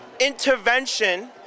Intervention